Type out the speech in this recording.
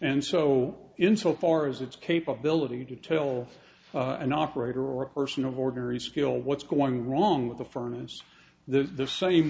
and so in so far as its capability to tell an operator or sin of ordinary skill what's going wrong with the furnace the same